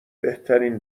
بهترین